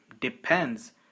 depends